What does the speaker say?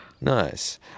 Nice